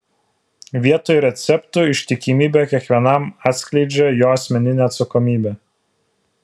vietoj receptų ištikimybė kiekvienam atskleidžia jo asmeninę atsakomybę